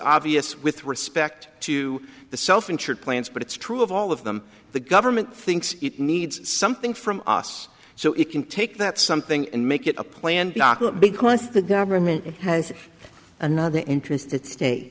obvious with respect to the self insured plans but it's true of all of them the government thinks it needs something from us so it can take that something and make it a plan b because the government has another interest at sta